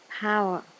power